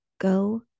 Go